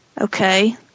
Okay